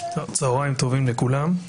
צוהריים טובים לכולם,